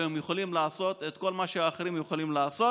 והם יכולים לעשות את כל מה שאחרים יכולים לעשות.